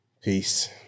Peace